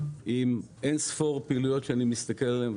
עם אינספור פעילויות שאני מסתכל עליהן,